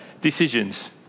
decisions